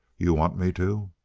you want me to?